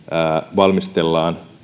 valmistellaan